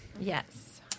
Yes